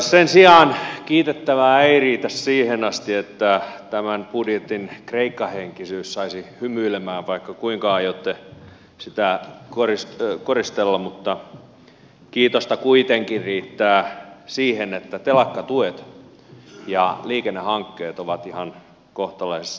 sen sijaan kiitettävää ei riitä siihen asti että tämän budjetin kreikka henkisyys saisi hymyilemään vaikka kuinka aiotte sitä koristella mutta kiitosta kuitenkin riittää siihen että telakkatuet ja liikennehankkeet ovat ihan kohtalaisessa tolassa